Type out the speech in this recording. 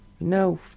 No